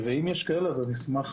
ואם יש כאלה אני אשמח